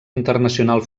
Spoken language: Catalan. internacional